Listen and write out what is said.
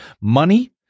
money